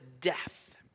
death